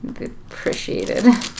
appreciated